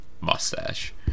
mustache